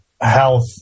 health